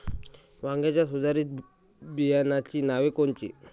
वांग्याच्या सुधारित बियाणांची नावे कोनची?